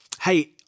Hey